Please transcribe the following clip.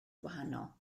wahanol